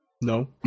No